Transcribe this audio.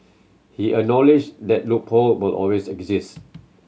he acknowledged that loophole will always exist